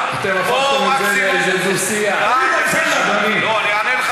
זה לא שעת שאלות לטלב אבו עראר.